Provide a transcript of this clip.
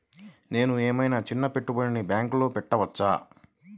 నేను ఏమయినా చిన్న పెట్టుబడిని బ్యాంక్లో పెట్టచ్చా?